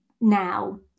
now